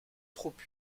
trop